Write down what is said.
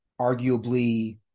arguably